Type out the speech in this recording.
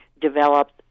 developed